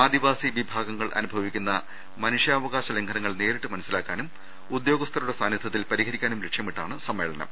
ആദിവാസി വിഭാഗ ങ്ങൾ അനുഭവിക്കുന്ന മനുഷ്യാവകാശ ലംഘനങ്ങൾ നേരിട്ട് മനസിലാക്കാനും ഉദ്യോഗസ്ഥരുടെ സാന്നിധ്യ ത്തിൽ പരിഹരിക്കാനും ലക്ഷ്യമിട്ടാണ് സമ്മേളനം